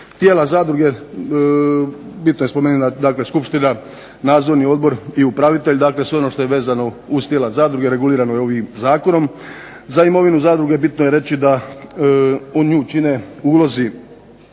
Tijela zadruge, bitno je spomenuti, dakle skupština, nadzorni odbor i upravitelj. Dakle, sve ono što je vezano uz tijela zadruge regulirano je ovim zakonom. Za imovinu zadruge bitno je reći da nju čine ulozi